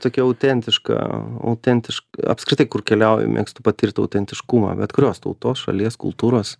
tokia autentiška autentiš apskritai kur keliauju mėgstu patirt autentiškumą bet kurios tautos šalies kultūros